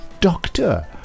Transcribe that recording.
Doctor